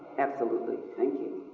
absolutely. thank you.